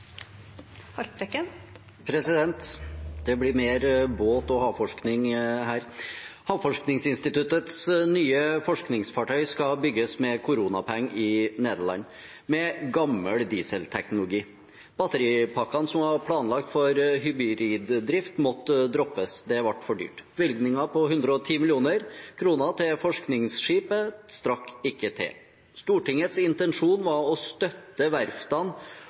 nye forskningsfartøy skal bygges med koronapenger i Nederland – med gammel dieselteknologi. Batteripakken som var planlagt for hybrid drift, måtte droppes. Det ble for dyrt. Bevilgningen på 110 mill. kroner til forskningsskip strakk ikke til. Stortingets intensjon var å støtte verftene